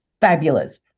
fabulous